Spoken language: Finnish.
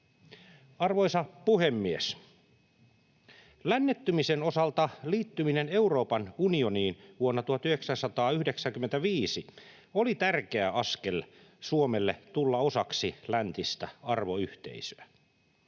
Arvoisa puhemies! Lännettymisen osalta liittyminen Euroopan unioniin vuonna 1995 oli tärkeä askel Suomelle tulla osaksi läntistä arvoyhteisöä.